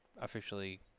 officially